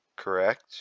Correct